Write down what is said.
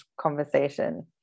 conversation